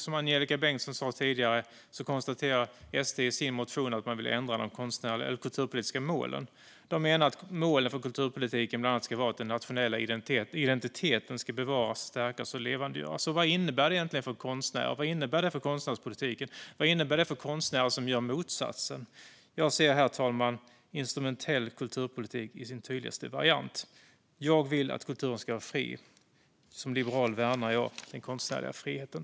Som Angelika Bengtsson sa tidigare konstaterar SD i sin motion att man vill ändra de kulturpolitiska målen. Man menar att målen för kulturpolitiken bland annat ska vara att den nationella identiteten ska bevaras, stärkas och levandegöras. Vad innebär det egentligen för konstnärer och för konstnärspolitiken? Vad innebär det för konstnärer som gör motsatsen? Jag ser här instrumentell kulturpolitik i sin tydligaste variant, herr talman. Jag vill att kulturen ska vara fri. Som liberal värnar jag den konstnärliga friheten.